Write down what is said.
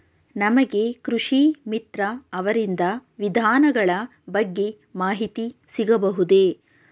ನಮಗೆ ಕೃಷಿ ಮಿತ್ರ ಅವರಿಂದ ವಿಧಾನಗಳ ಬಗ್ಗೆ ಮಾಹಿತಿ ಸಿಗಬಹುದೇ?